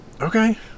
Okay